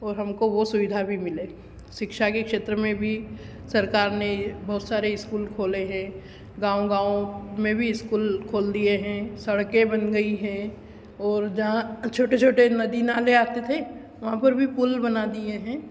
और हमको वह सुविधा भी मिले शिक्षा के क्षेत्र में भी सरकार ने बहुत सारे स्कूल खोले हैं गाँव गाँव में भी स्कूल खोल दिए हैं सड़कें बन गई हैं और जहाँ छोटे छोटे नदी नाले आते थे वहाँ पर भी पुल बना दिए हैं